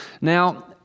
Now